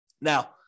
Now